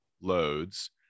loads